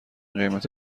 قیمت